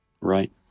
Right